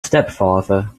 stepfather